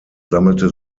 sammelte